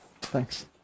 Thanks